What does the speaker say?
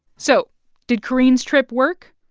so did kareen's trip work?